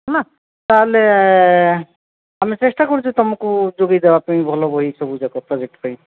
ହେଲା ତା'ହେଲେ ଆମେ ଚେଷ୍ଟା କରୁଛୁ ତୁମକୁ ଯୋଗାଇଦେବା ପାଇଁ ଭଲ ବହି ସବୁ ଯାକ ପ୍ରୋଜେକ୍ଟ ପାଇଁ